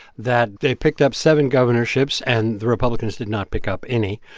that they picked up seven governorships, and the republicans did not pick up any.